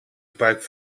gebruik